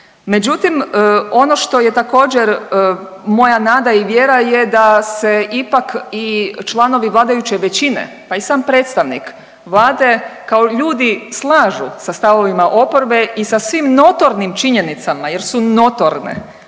Međutim, ono što je također, moja nada i vjera je da se ipak i članovi vladajuće većine, pa i sam predstavnik Vlade kao ljudi slažu sa stavovima oporbe i sa svim notornim činjenicama jer su notorne,